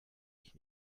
ich